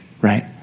right